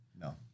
No